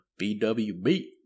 bwb